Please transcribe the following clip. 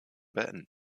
beenden